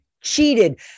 cheated